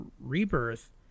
Rebirth